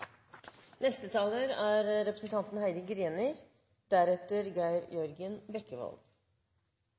Neste taler er representanten Eirik Sivertsen, deretter